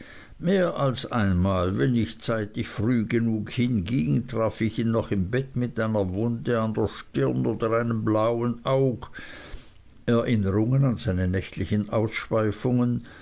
mehr als einmal wenn ich zeitig früh hinging traf ich ihn noch im bett mit einer wunde an der stirn oder einem blauen auge erinnerungen an seine nächtlichen ausschweifungen